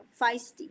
feisty